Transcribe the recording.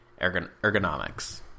ergonomics